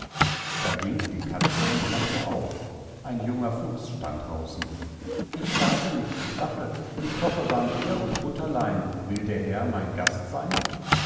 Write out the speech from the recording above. da ging die katze und machte auf ein junger fuchs stand haußen ich schlafe nicht ich wache ich koche warm bier und butterlein will der herr mein gast seyn